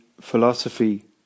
philosophy